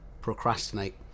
procrastinate